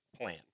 plan